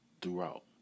throughout